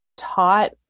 taught